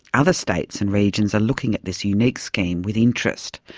other states and regions are looking at this unique scheme with interest.